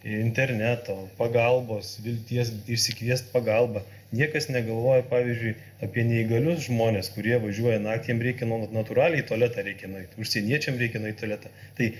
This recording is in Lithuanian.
interneto pagalbos vilties išsikviest pagalbą niekas negalvoja pavyzdžiui apie neįgalius žmones kurie važiuoja naktį jiem reikia natu natūraliai į tualetą reikia nueit užsieniečiam reikia nueit į tualetą tai